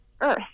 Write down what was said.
Earth